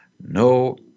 no